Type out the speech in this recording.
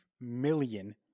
million